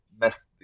mess